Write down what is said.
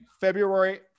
February